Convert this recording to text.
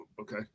Okay